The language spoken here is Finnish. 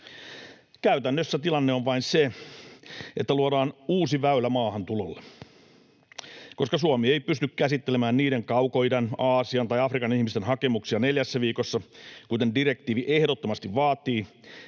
Käytännössä tilanne on vain se, että luodaan uusi väylä maahantulolle, koska Suomi ei pysty käsittelemään niiden Kaukoidän, Aasian tai Afrikan ihmisten hakemuksia neljässä viikossa, kuten direktiivi ehdottomasti vaatii